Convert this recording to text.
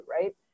right